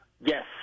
Yes